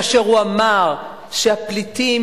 כאשר הוא אמר שהפליטים,